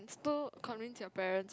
still convince your parents